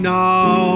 now